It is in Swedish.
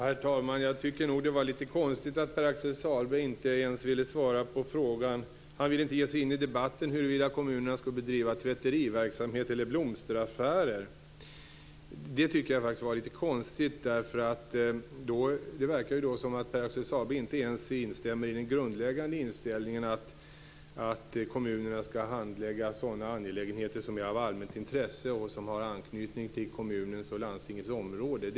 Herr talman! Jag tycker nog att det var litet konstigt att Pär-Axel Sahlberg inte ens ville svara på frågan och ge sig in i debatten om huruvida kommunerna skall bedriva tvätteriverksamhet eller blomsteraffärer. I så fall verkar det som att Pär-Axel Sahlberg inte ens ställer sig bakom den grundläggande bestämmelsen att kommunerna skall handlägga sådana angelägenheter som är av allmänt intresse och som har anknytning till kommunernas och landstingens områden.